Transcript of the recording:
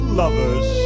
lovers